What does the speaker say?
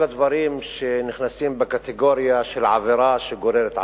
הדברים שנכנסים לקטגוריה של עבירה שגוררת עבירה: